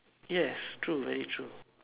yes true very true